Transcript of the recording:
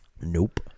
nope